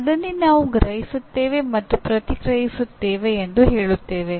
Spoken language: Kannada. ಅದನ್ನೇ ನಾವು ಗ್ರಹಿಸುತ್ತೇವೆ ಮತ್ತು ಪ್ರತಿಕ್ರಿಯಿಸುತ್ತೇವೆ ಎಂದು ಹೇಳುತ್ತೇವೆ